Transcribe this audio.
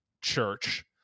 church